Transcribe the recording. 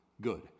good